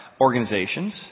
organizations